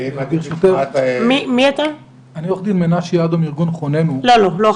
אני לא מחפש לדבר.